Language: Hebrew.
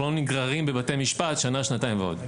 לא נגררים בבתי משפט שנה-שנתיים ועוד.